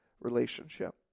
relationship